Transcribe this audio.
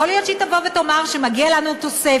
יכול להיות שהיא תבוא ותאמר שמגיעה לנו תוספת.